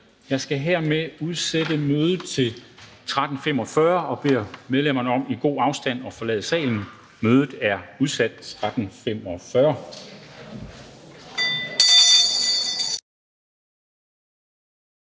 Jeg skal hermed udsætte mødet til kl. 13.45, og jeg beder medlemmerne om med god afstand til hinanden at forlade salen. Mødet er udsat.